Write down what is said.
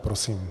Prosím.